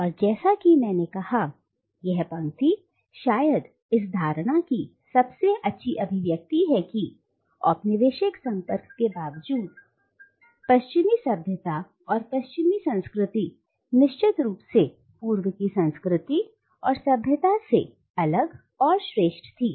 और जैसा कि मैंने कहा यह पंक्ति शायद इस धारणा की सबसे अच्छी अभिव्यक्ति है कि औपनिवेशिक संपर्क के बावजूद पश्चिमी सभ्यता और पश्चिमी संस्कृति निश्चित रूप से पूर्व की संस्कृति और सभ्यता से अलग और श्रेष्ठ थी